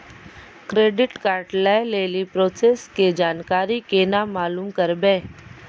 Credit card लय लेली process के जानकारी केना मालूम करबै?